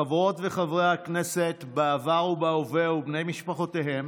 חברות וחברי הכנסת בעבר ובהווה ובני משפחותיהם,